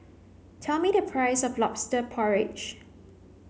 tell me the price of lobster porridge